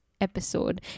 episode